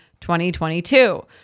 2022